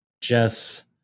Jess